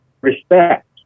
respect